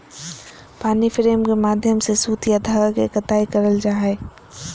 पानी फ्रेम के माध्यम से सूत या धागा के कताई करल जा हय